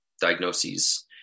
diagnoses